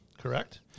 Correct